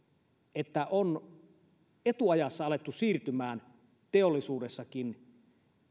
että on etuajassa alettu siirtymään teollisuudessakin